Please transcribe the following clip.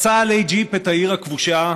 "חצה עלי ג'יפ את העיר הכבושה,